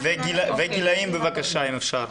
וגילאים, בבקשה, אם אפשר.